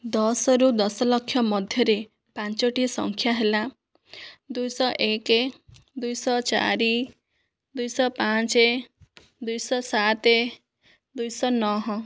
ଦଶରୁ ଦଶ ଲକ୍ଷ ମଧ୍ୟରେ ପାଞ୍ଚଟି ସଂଖ୍ୟା ହେଲା ଦୁଇ ଶହ ଏକ ଦୁଇ ଶହ ଚାରି ଦୁଇ ଶହ ପାଞ୍ଚ ଦୁଇ ଶହ ସାତ ଦୁଇ ଶହ ନହ